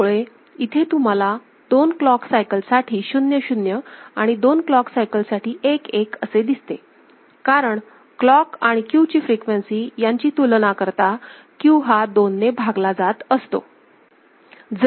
त्यामुळे इथे तुम्हाला दोन क्लॉक सायकल साठी 0 0 आणि दोन क्लॉक सायकल साठी 1 1 असे दिसते कारण क्लॉक आणि आणि Q ची फ्रिक्वेन्सी यांची तुलना करता Q हा दोन ने भागला जात असतो